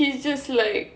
he's just like